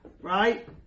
right